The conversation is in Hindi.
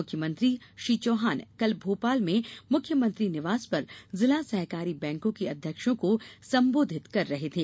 मुख्यमंत्री श्री चौहान कल भोपाल में मुख्यमंत्री निवास पर जिला सहकारी बैंकों के अध्यक्षों को संबोधित कर रहे थे